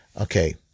Okay